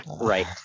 right